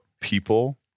people